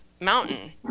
mountain